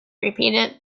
repeated